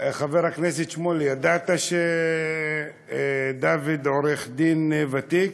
חבר הכנסת שמולי, ידעת שדוד עורך דין ותיק?